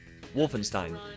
Wolfenstein